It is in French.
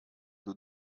aux